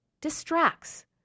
distracts